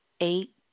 eight